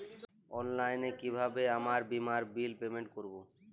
অনলাইনে কিভাবে আমার বীমার বিল পেমেন্ট করবো?